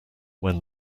when